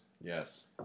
Yes